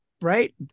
right